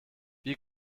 wie